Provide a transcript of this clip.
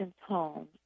home